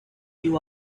you